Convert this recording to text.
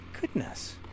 goodness